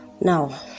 now